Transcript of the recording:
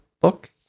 book